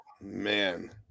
Man